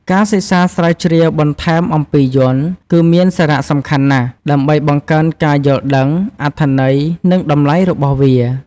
ការសិក្សាស្រាវជ្រាវបន្ថែមអំពីយ័ន្ត គឺមានសារៈសំខាន់ណាស់ ដើម្បីបង្កើនការយល់ដឹង អត្ថន័យ និងតម្លៃរបស់វា។